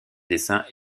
dessins